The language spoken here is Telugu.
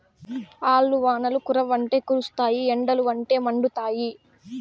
ఆల్లు వానలు కురవ్వంటే కురుస్తాయి ఎండలుండవంటే మండుతాయి